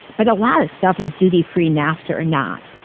but a lot of stuff is duty-free nafta or not,